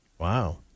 Wow